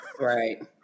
right